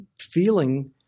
feeling